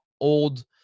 old